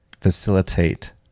facilitate